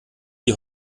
die